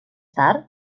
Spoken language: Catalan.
tard